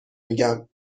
میگم